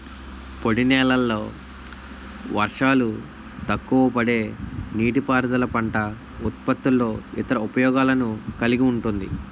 పొడినేలల్లో వర్షాలు తక్కువపడే నీటిపారుదల పంట ఉత్పత్తుల్లో ఇతర ఉపయోగాలను కలిగి ఉంటుంది